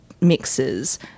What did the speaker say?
mixes